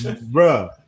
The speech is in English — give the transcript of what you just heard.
bro